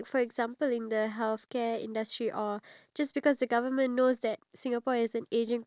cause you know you could have limit the cost of not building a lift but due to the fact of the